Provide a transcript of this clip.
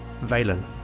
Valen